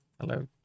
Hello